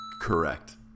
Correct